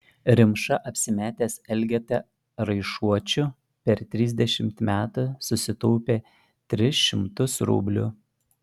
rimša apsimetęs elgeta raišuočiu per trisdešimt metų susitaupė tris šimtus rublių